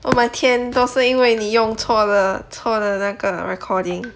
oh my 天都是因为你用错的错的那个 recording